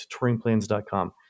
touringplans.com